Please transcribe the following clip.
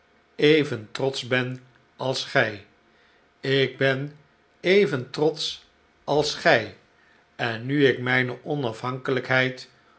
even trotsch ben als gij ik ben even trotsch als gij en nu ik mijne onafhankelh'kheid